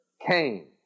Cain